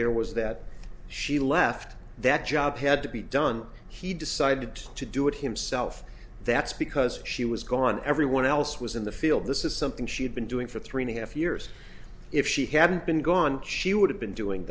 here was that she left that job had to be done he decided to do it himself that's because she was gone everyone else was in the field this is something she had been doing for three and a half years if she hadn't been gone she would have been doing